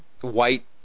White